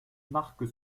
marque